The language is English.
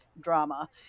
drama